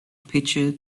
pitcher